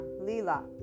Lila